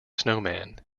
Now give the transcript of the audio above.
snowman